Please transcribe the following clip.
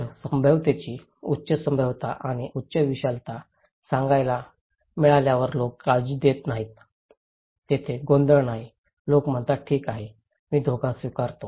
तर संभाव्यतेची उच्च संभाव्यता आणि उच्च विशालता सांगायला मिळाल्यावर लोक काळजी देत नाहीत तेथे गोंधळ नाही लोक म्हणतात ठीक आहे मी धोका स्वीकारतो